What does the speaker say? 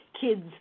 kids